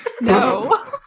No